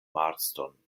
marston